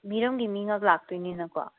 ꯃꯤꯔꯝꯒꯤ ꯃꯤꯅ ꯂꯥꯛꯇꯣꯏꯅꯤꯅꯀꯣ